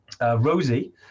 Rosie